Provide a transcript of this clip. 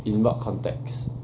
in what context